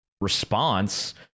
response